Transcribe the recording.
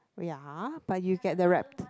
ya but you get the rept~